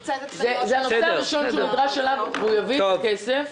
זה הנושא הראשון שהוא נדרש אליו והוא יביא את הכסף.